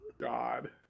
god